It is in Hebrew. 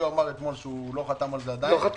אמר לי שלא חתם על זה עדיין.